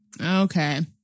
Okay